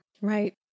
Right